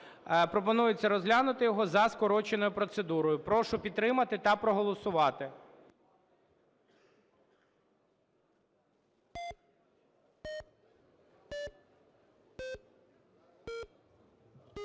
Пропонується розглянути його за скороченою процедурою. Прошу підтримати та проголосувати.